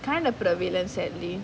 kind of prevalence sadly